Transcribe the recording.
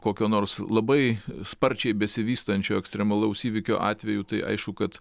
kokio nors labai sparčiai besivystančio ekstremalaus įvykio atveju tai aišku kad